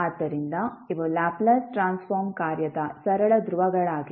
ಆದ್ದರಿಂದ ಇವು Laplace transform ಕಾರ್ಯದ ಸರಳ ಧ್ರುವಗಳಾಗಿವೆ